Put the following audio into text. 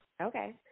Okay